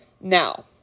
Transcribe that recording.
Now